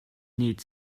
need